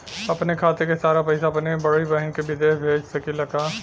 अपने खाते क सारा पैसा अपने बड़ी बहिन के विदेश भेज सकीला का?